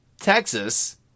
Texas